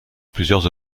plusieurs